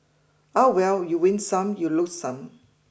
ah well you win some you lose some